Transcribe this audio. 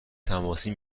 تماسی